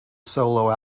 solo